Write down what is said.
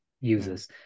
users